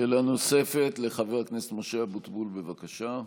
שאלה נוספת, לחבר הכנסת משה אבוטבול, בבקשה.